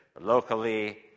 locally